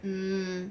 hmm